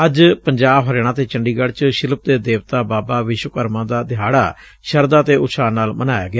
ਅੱਜ ਪੰਜਾਬ ਹਰਿਆਣਾ ਤੇ ਚੰਡੀਗੜ ਚ ਸ਼ਿਲਪ ਦੇ ਦੇਵਤਾ ਬਾਬਾ ਵਿਸ਼ਵਕਰਮਾ ਦਾ ਦਿਹਾੜਾ ਸ਼ਰਧਾ ਤੇ ਉਤਸ਼ਾਹ ਨਾਲ ਮਨਾਇਆ ਗਿਆ